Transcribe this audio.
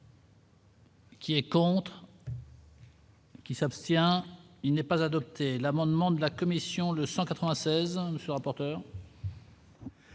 Qui est contre. Qui s'abstient, il n'est pas adopté l'amendement de la commission de 196 monsieur rapporteur.